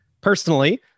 personally